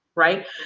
Right